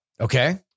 Okay